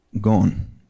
gone